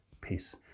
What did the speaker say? peace